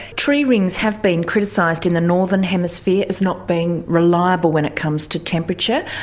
tree rings have been criticised in the northern hemisphere as not being reliable when it comes to temperature.